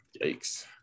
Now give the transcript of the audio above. yikes